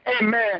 Amen